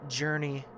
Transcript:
journey